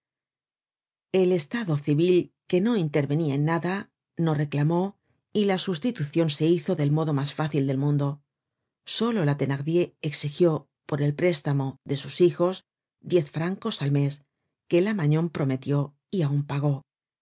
el estado civil que no intervenia en nada no reclamó y la sustitucion se hizo del modo mas fácil del mundo solo la thenardier exigió por el préstamo de sus hijos diez francos al mes que la magnon prometió y aun pagó